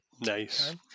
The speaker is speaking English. Nice